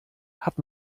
hat